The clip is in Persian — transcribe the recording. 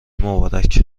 مبارک